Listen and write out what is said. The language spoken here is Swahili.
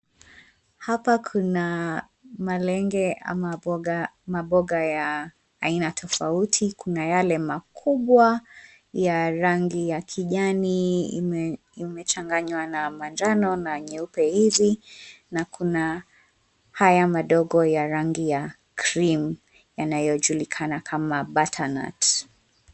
Hapa kuna, malenge ama boga maboga ya, aina tofauti. Kuna yale makubwa, ya rangi ya kijani imechanganywa na manjano na nyeupe hizi. Na kuna, haya madogo ya rangi ya, cream , yanayojulikana kama butternut .